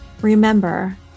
Remember